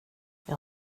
jag